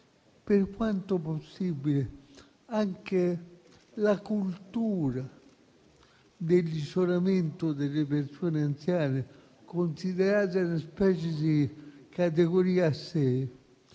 per quanto possibile, anche la cultura dell'isolamento delle persone anziane, considerate una specie di categoria a sé,